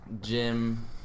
gym